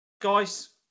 guys